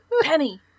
Penny